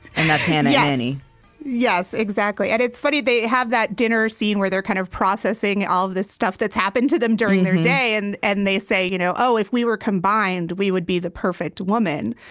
and that's hannah and yeah annie yes, exactly. and it's funny, they have that dinner scene where they're kind of processing all this stuff that's happened to them during their day, and and they say, you know oh, if we were combined, we would be the perfect woman.